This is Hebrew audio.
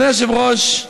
אדוני היושב-ראש,